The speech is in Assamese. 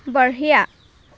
বঢ়িয়া